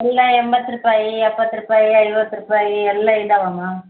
ಎಲ್ಲ ಎಂಬತ್ತು ರೂಪಾಯಿ ಎಪ್ಪತ್ತು ರೂಪಾಯಿ ಐವತ್ತು ರೂಪಾಯಿ ಎಲ್ಲ ಇದಾವೆ ಅಮ್ಮ